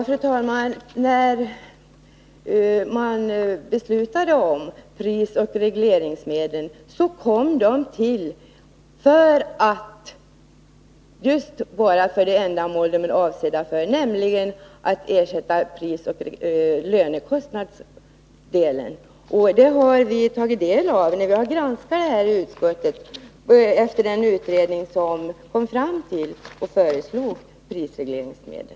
Fru talman! Prisregleringsmedlen kom till just för att ersätta prisoch lönekostnadsökningar. I samband med granskningen i utskottet har vi tagit del av den utredning som föreslog inrättandet av prisregleringsmedel.